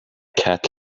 cat